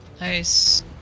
Nice